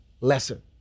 lesser